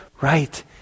right